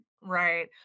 Right